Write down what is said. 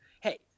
hey